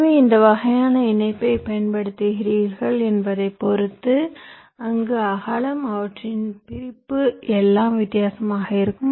எனவே எந்த வகையான இணைப்பைப் பயன்படுத்துகிறீர்கள் என்பதைப் பொறுத்து அங்கு அகலம் அவற்றின் பிரிப்பு எல்லாம் வித்தியாசமாக இருக்கும்